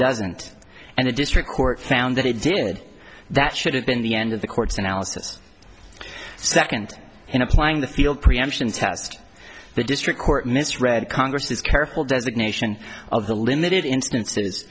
doesn't and the district court found that it did that should have been the end of the court's analysis second in applying the field preemption test the district court misread congress is careful designation of the limited instances